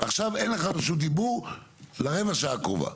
עכשיו אין לך רשות דיבור לרבע השעה הקרובה.